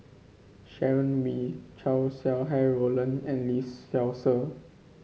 Sharon Wee Chow Sau Hai Roland and Lee Seow Ser